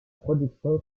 production